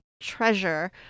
treasure